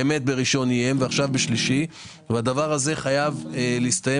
בראשון איים ועכשיו בשלישי וזה חייב להסתיים